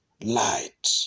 Light